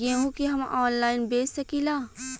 गेहूँ के हम ऑनलाइन बेंच सकी ला?